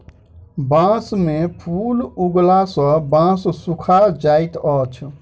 बांस में फूल उगला सॅ बांस सूखा जाइत अछि